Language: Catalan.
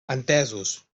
entesos